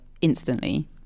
instantly